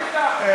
כן.